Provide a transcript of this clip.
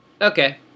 Okay